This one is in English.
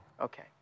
Okay